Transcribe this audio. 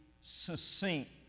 succinct